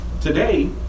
Today